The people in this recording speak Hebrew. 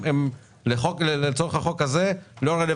הניסיון להגיד שנעשה פה מחטף לא מקובל